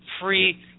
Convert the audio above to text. free